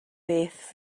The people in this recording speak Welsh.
beth